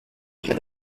cas